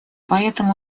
поэтому